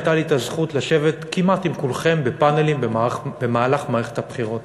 הייתה לי הזכות לשבת כמעט עם כולכם בפאנלים במהלך מערכת הבחירות.